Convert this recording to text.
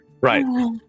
Right